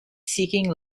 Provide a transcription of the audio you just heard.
seeking